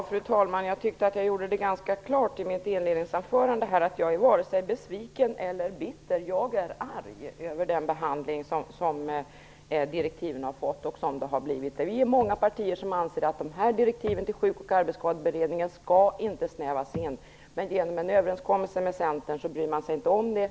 Fru talman! Jag tyckte att jag gjorde det ganska klart i mitt inledningsanförande att jag varken är besviken eller bitter utan att jag är arg över den behandling som direktiven har fått. Vi är många partier som anser att de här direktiven till Sjuk och arbetsskadeberedningen inte skall snävas in. Men i och med en överenskommelse med Centern bryr sig Socialdemokraterna inte om det.